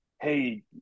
hey